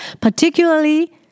particularly